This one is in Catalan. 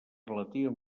relativa